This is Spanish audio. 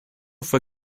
fue